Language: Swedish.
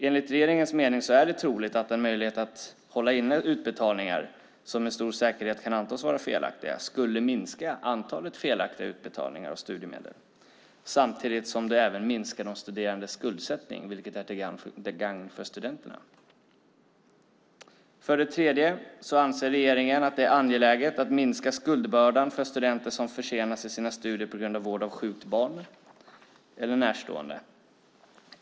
Enligt regeringens mening är det troligt att en möjlighet att hålla inne utbetalningar som med stor säkerhet kan antas vara felaktiga skulle minska antalet felaktiga utbetalningar av studiemedel samtidigt som det även minskar de studerandes skuldsättning, vilket är till gagn för studenterna. För det tredje anser regeringen att det är angeläget att minska skuldbördan för studenter som försenas i sina studier på grund av vård av sjukt barn eller närstående.